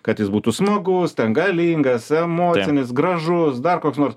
kad jis būtų smagus ten galingas emocinis gražus dar koks nors